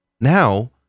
now